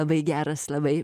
labai geras labai